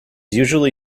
usually